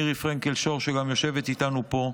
מירי פרנקל שור, שגם יושבת איתנו פה,